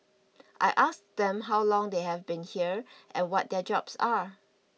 I asked them how long they have been here and what their jobs are